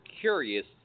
curious